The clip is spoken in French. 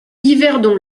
yverdon